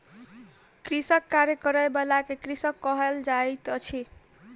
कृषिक कार्य करय बला के कृषक कहल जाइत अछि